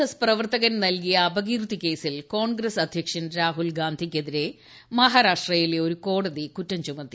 S പ്രവർത്തകൻ നൽകിയ അപകീർത്തിക്കേസിൽ കോൺഗ്രസ് അധ്യക്ഷൻ രാഹുൽ ഗാന്ധിക്കെതിരെ മഹാരാഷ്ട്രയിലെ ഒരു കോടതി കുറ്റം ചുമത്തി